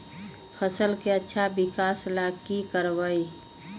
फसल के अच्छा विकास ला की करवाई?